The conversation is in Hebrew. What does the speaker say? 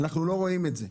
אנחנו לא רואים את זה.